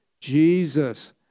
Jesus